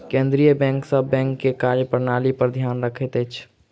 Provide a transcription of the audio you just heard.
केंद्रीय बैंक सभ बैंक के कार्य प्रणाली पर ध्यान रखैत अछि